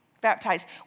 baptized